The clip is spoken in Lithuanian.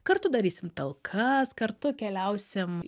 kartu darysim talkas kartu keliausim